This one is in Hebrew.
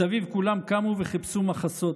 מסביב כולם קמו וחיפשו מחסות,